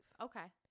Okay